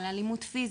על אלימות פיזית,